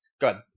good